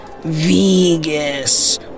Vegas